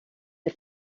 der